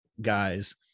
guys